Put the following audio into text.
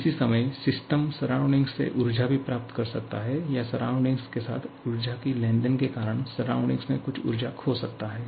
इसी समय system surrounding से ऊर्जा भी प्राप्त कर सकता है या सराउंडिंग के साथ ऊर्जा की लेनदेन के कारण सराउंडिंग में कुछ ऊर्जा खो सकता है